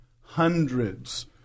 hundreds